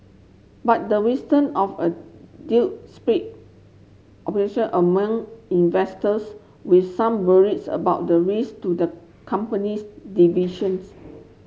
but the wisdom of a deal split among investors with some worries about the race to the company's divisions